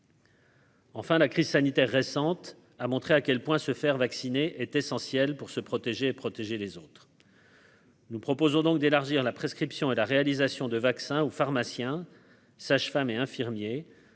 Enfin, la crise sanitaire récente a montré à quel point se faire vacciner est essentielle pour se protéger et protéger les autres. Nous proposons donc d'élargir la prescription et la réalisation de vaccins ou pharmaciens, sages-femmes et infirmiers,